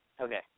Okay